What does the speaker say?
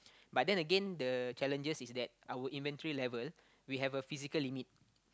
but then again the challenges is that our inventory level we have a physical limit